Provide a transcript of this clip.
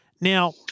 Now